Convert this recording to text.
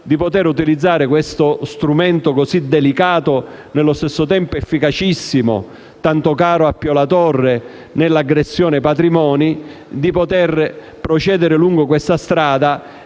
di utilizzare questo strumento così delicato, e nello stesso tempo efficacissimo, tanto caro a Pio La Torre, nell'aggressione ai patrimoni, per procedere lungo questa strada